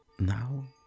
Now